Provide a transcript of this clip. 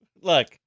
Look